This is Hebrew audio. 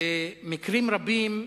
במקרים רבים,